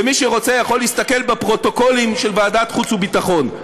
ומי שרוצה יכול להסתכל בפרוטוקולים של ועדת החוץ והביטחון.